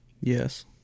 Yes